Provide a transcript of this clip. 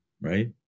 right